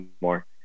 more